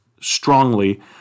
strongly